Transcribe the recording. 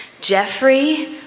Jeffrey